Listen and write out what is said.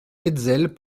hetzel